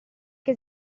che